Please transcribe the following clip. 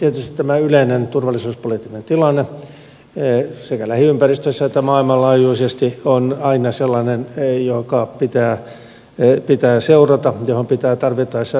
tietysti tämä yleinen turvallisuuspoliittinen tilanne sekä lähiympäristössä että maailmanlaajuisesti on aina sellainen jota pitää seurata johon pitää tarvittaessa reagoida